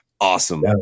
Awesome